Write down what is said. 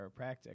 chiropractic